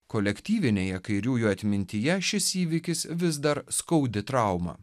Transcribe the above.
kolektyvinėje kairiųjų atmintyje šis įvykis vis dar skaudi trauma